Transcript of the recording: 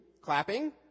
Clapping